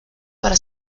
para